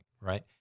right